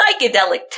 psychedelic